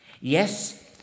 Yes